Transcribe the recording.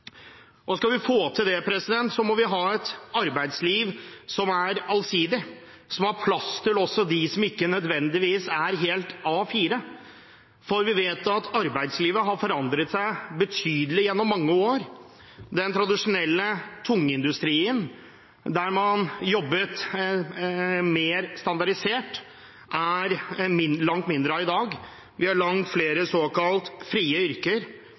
Og skal vi få til det, må vi ha et arbeidsliv som er allsidig, som har plass til også dem som ikke nødvendigvis er helt A4. Vi vet at arbeidslivet har forandret seg betydelig gjennom mange år. Den tradisjonelle tungindustrien der man jobbet mer standardisert, er det langt mindre av i dag. Vi har langt flere såkalte frie yrker,